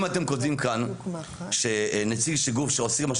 אם אתם כותבים כאן "נציג גוף העוסק בהיקף